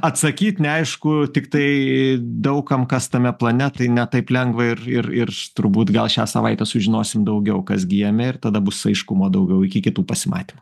atsakyt neaišku tiktai daug kam kas tame plane tai ne taip lengva ir ir ir turbūt gal šią savaitę sužinosim daugiau kas gi jame ir tada bus aiškumo daugiau iki kitų pasimatymų